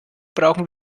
brauchen